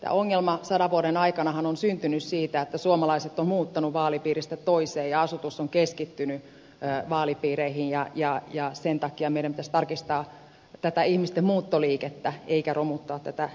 tämä ongelma sadan vuoden aikanahan on syntynyt siitä että suomalaiset ovat muuttaneet vaalipiiristä toiseen ja asutus on keskittynyt vaalipiireihin ja sen takia meidän pitäisi tarkistaa tätä ihmisten muuttoliikettä eikä romuttaa tätä järjestelmää